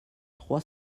trois